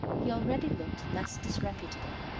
he already looked less disreputable.